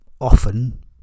often